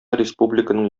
республиканың